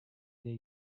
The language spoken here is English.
day